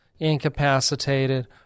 incapacitated